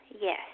Yes